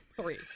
Three